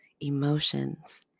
emotions